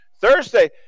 Thursday